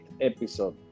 episode